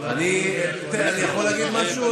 אני יכול להגיד משהו,